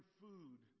food